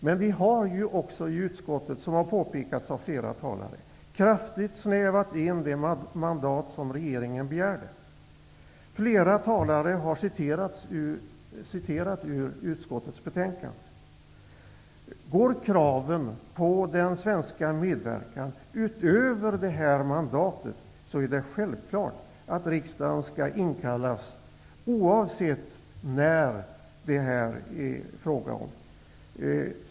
Som har påpekats av flera talare har vi i utskottet kraftigt snävat in det mandat som regeringen begärde. Flera talare har citerat ur utskottets betänkande. Om kraven på svensk medverkan går utöver detta mandat, är det självklart att riksdagen skall inkallas, oavsett när det kan bli aktuellt.